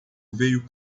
veio